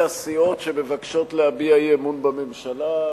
ויעידו ספסלי הסיעות שמבקשות להביע אי-אמון בממשלה,